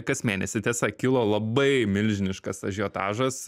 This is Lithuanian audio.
kas mėnesį tiesa kilo labai milžiniškas ažiotažas